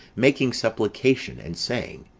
making supplication, and saying